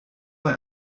bei